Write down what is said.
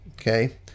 okay